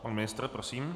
Pan ministr, prosím.